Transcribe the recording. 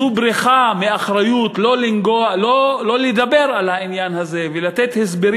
זו בריחה מאחריות לא לדבר על העניין הזה ולא לתת הסברים